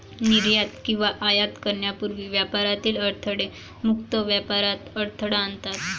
निर्यात किंवा आयात करण्यापूर्वी व्यापारातील अडथळे मुक्त व्यापारात अडथळा आणतात